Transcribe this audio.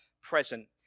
present